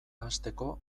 hasteko